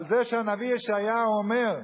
על זה הנביא ישעיהו אומר: